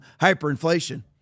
hyperinflation